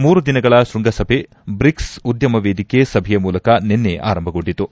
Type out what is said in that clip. ಮೂರು ದಿನಗಳ ಶೃಂಗಸಭೆ ಬ್ರಿಕ್ಸ್ ಉದ್ಯಮ ವೇದಿಕೆ ಸಭೆಯ ಮೂಲಕ ನಿನ್ನೆ ಆರಂಭಗೊಂಡಿತು